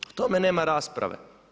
O tome nema rasprave.